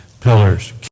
pillars